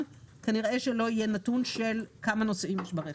כנראה שלא יהיה נתון של כמה נוסעים יש ברכב.